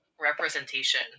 representation